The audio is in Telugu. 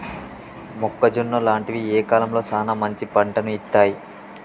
మొక్కజొన్న లాంటివి ఏ కాలంలో సానా మంచి పంటను ఇత్తయ్?